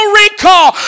recall